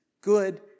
good